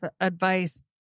advice